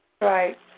Right